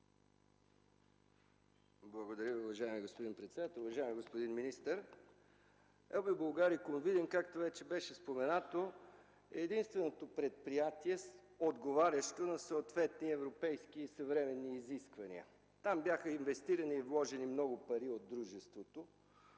Благодаря Ви, уважаеми господин председател. Уважаеми господин министър, „Ел Би Булгарикум” ЕАД – Видин, както вече беше споменато, е единственото предприятие, отговарящо на съответни европейски и съвременни изисквания. Там бяха инвестирани и вложени много пари от дружеството,